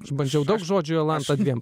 aš bandžiau daug žodžių jolanta dviem